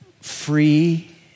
free